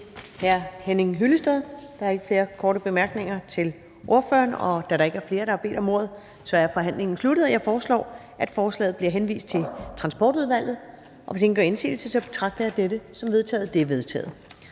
til hr. Henning Hyllested. Der er ikke flere korte bemærkninger til ordføreren. Da der ikke er flere, der har bedt om ordet, er forhandlingen sluttet. Jeg foreslår, at forslaget bliver henvist til Transportudvalget. Hvis ingen gør indsigelse, betragter jeg dette som vedtaget. Det er vedtaget.